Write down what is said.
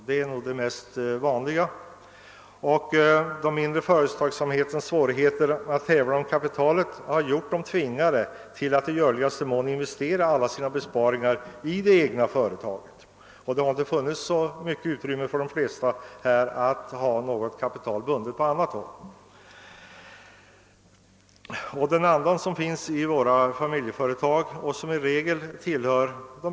De mindre företagens svårigheter att tävla om kapitalet har tvingat ägarna att investera alla sina besparingar i det egna företaget, och de har inte haft någon möjlighet att binda kapital på annat håll. Familjeföretagen är i regel småföretag.